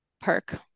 perk